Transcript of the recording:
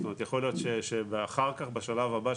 זאת אומרת יכול להיות שאחר כך בשלב הבא,